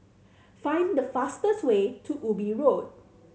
find the fastest way to Ubi Road